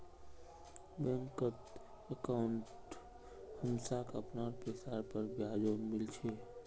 बैंकत अंकाउट हमसाक अपनार पैसार पर ब्याजो मिल छेक